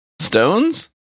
Stones